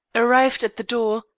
arrived at the door,